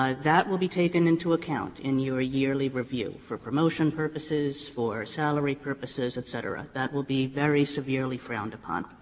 um that will be taken into account in your yearly review for promotion purposes, for salary purposes, et cetera. that will be very severely frowned upon.